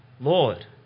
Lord